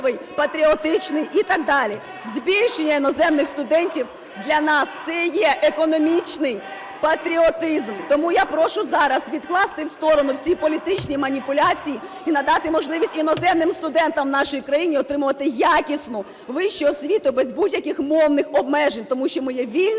патріотичний і так далі. Збільшення іноземних студентів для нас – це і є економічний патріотизм. Тому я прошу зараз відкласти в сторону всі політичні маніпуляції і надати можливість іноземним студентам в нашій країні отримувати якісну вищу освіту без будь-яких мовних обмежень, тому що ми є вільна